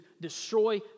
destroy